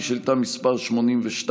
השאילתה הראשונה היא שאילתה מס' 82,